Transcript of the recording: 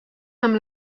amb